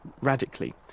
radically